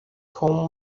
com